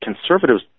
conservatives